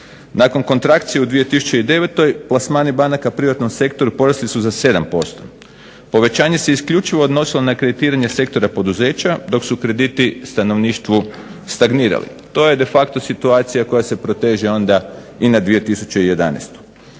Nakon kontrakcije u 2009. plasmani banaka u privatnom sektoru porasli su za 7%. Povećanje se isključivo odnosilo na kreditiranje sektora poduzeća dok su krediti stanovništvu stagnirali. To je de facto situacija koja se proteže onda i na 2011.